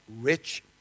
rich